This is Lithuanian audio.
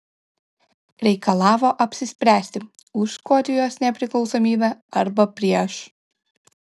reikalavo apsispręsti už škotijos nepriklausomybę arba prieš